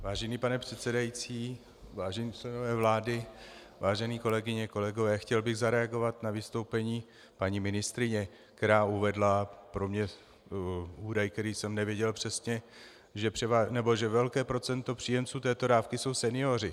Vážený pane předsedající, vážení členové vlády, vážené kolegyně, kolegové, chtěl bych zareagovat na vystoupení paní ministryně, která uvedla pro mě údaj, který jsem nevěděl přesně, že velké procento příjemců této dávky jsou senioři.